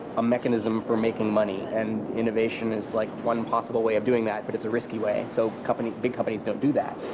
a mechanism for making money. and innovation is like one possible way of doing that, but it's a risky way. so companies, big companies don't do that.